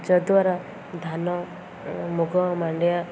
ଯଦ୍ୱାରା ଧାନ ମୁଗ ମାଣ୍ଡିଆ